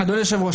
אדוני היושב-ראש,